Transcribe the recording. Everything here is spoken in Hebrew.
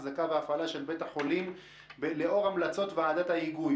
החזקה והפעלה של בית החולים לאור המלצות ועדת ההיגוי.